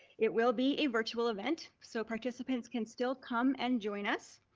it will be a virtual event. so participants can still come and join us.